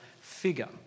figure